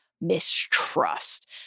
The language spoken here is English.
mistrust